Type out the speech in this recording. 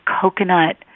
coconut